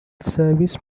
service